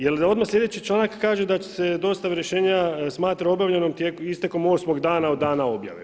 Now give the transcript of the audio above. Jer odmah sljedeći članak kaže da će se dostave rješenja smatra obavljenom istekom osmog dana od dana objave.